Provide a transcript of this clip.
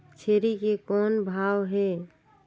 छेरी के कौन भाव हे?